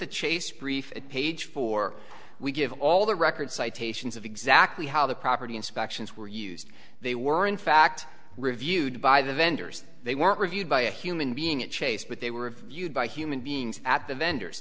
the chase brief it page four we give all the record citations of exactly how the property inspections were used they were in fact reviewed by the vendors they weren't reviewed by a human being at chase but they were viewed by human beings at the vendors